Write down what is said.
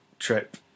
Trip